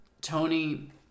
Tony